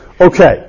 Okay